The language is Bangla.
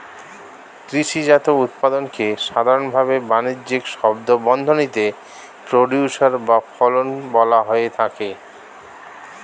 কৃষিজাত উৎপাদনকে সাধারনভাবে বানিজ্যিক শব্দবন্ধনীতে প্রোডিউসর বা ফসল বলা হয়ে থাকে